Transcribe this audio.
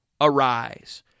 arise